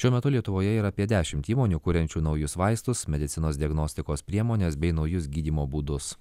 šiuo metu lietuvoje yra apie dešimt įmonių kuriančių naujus vaistus medicinos diagnostikos priemones bei naujus gydymo būdus